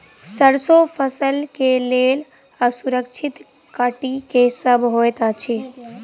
सैरसो फसल केँ लेल असुरक्षित कीट केँ सब होइत अछि?